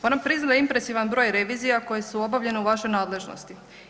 Moram priznati da je impresivan broj revizija koje su obavljene u vašoj nadležnosti.